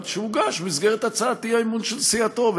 שהוגש במסגרת הצעת האי-אמון של סיעתו.